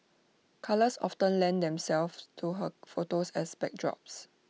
colours often lend themselves to her photos as backdrops